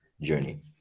journey